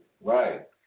Right